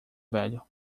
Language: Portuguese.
velho